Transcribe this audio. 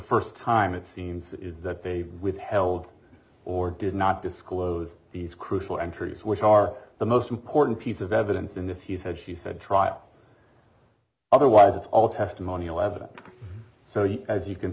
first time it seems is that they withheld or did not disclose these crucial entries which are the most important piece of evidence in this he said she said trial otherwise it's all testimonial evidence so you as you can